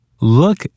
Look